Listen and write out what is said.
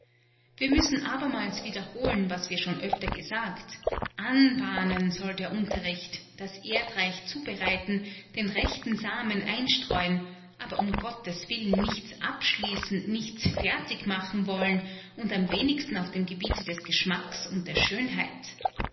wir müssen abermals wiederholen was wir schon öfter gesagt anbahnen soll der unterricht das erdreich zubereiten den rechten samen einstreuen aber um gotteswillen nichts abschließen nichts fertig machen wollen und am wenigsten auf dem gebiete des geschmacks und der schönheit